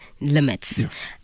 limits